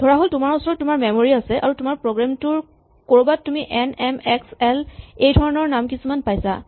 ধৰাহ'ল তোমাৰ ওচৰত তোমাৰ মেমৰী আছে আৰু তোমাৰ প্ৰগ্ৰেম টোৰ ক'ৰবাত তুমি এন এম এক্স এল এই ধৰণৰ নাম কিছুমান পাইছা